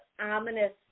ominous